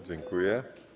Dziękuję.